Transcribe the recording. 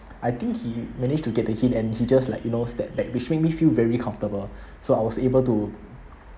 I think he managed to get the hint and he just like you know step back which make me feel very comfortable so I was able to